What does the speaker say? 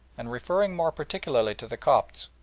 and, referring more particularly to the copts,